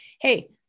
Hey